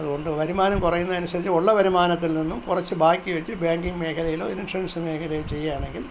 അതുകൊണ്ട് വരുമാനം കുറയുന്ന അനുസരിച്ച് ഉള്ള വരുമാനത്തിൽ നിന്നും കുറച്ച് ബാക്കി വച്ച് ബാങ്കിംഗ് മേഖലയിലോ ഇൻഷുറൻസ് മേഖലയിൽ ചെയ്യുകയാണെങ്കിൽ